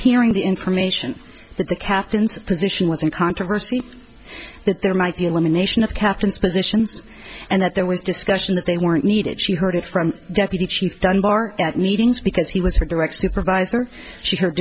hearing the information that the captain's position was in controversy that there might be elimination of captains positions and that there was discussion that they weren't needed she heard it from deputy chief dunbar at meetings because he was for direct supervisor she heard